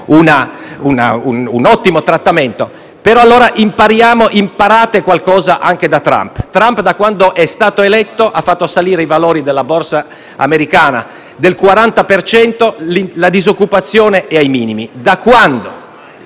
un ottimo trattamento; ma allora impariamo, imparate qualcosa anche da Trump. Trump, da quando è stato eletto, ha fatto salire i valori della Borsa americana del 40 per cento e la disoccupazione è ai minimi. Da quando